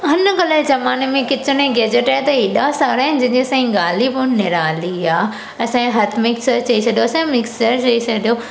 अॼु कल्ह जे ज़माने में किचन जे गेजेट जा एॾा सारा आहिनि जंहिंजी त साईं ॻाल्हि ई निराली आहे असांजा हथ मिक्सर चई छॾियो असांजा मिक्सर चई छॾियो